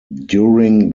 during